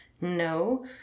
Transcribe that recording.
no